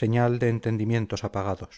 señal de entendimientos apagados